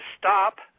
stop